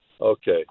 Okay